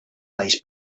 talls